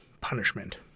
punishment